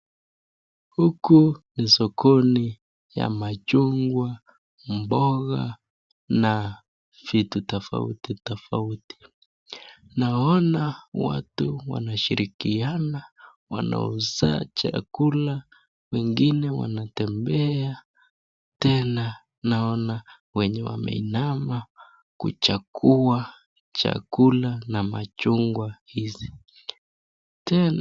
Huku ni sokoni ya machungwa, mboga na vitu tofauti tofauti. Naona watu wanashirikiana, wanauza chakula wengine wanatembea tena kuna wenye wameinama kuchagua matunda na chakula hizi.